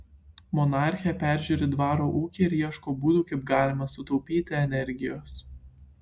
monarchė peržiūri dvaro ūkį ir ieško būdų kaip galima sutaupyti energijos